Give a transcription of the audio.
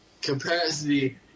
capacity